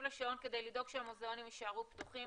השעון כדי לדאוג שהמוזיאונים יישארו פתוחים.